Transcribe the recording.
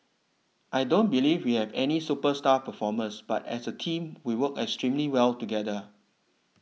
I don't believe we have any superstar performers but as a team we work extremely well together